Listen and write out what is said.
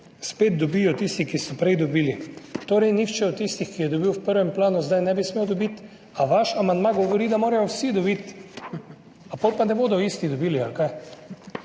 torej tisti, ki so že prej dobili. Nihče od tistih, ki je dobil v prvem planu, zdaj ne bi smel dobiti, ampak vaš amandma govori, da morajo vsi dobiti. A potem pa ne bodo isti dobili ali kaj?